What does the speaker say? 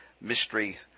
Mystery